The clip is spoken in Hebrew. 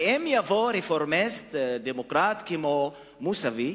ואם יבוא רפורמיסט דמוקרט כמו מוסאווי,